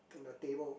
on the table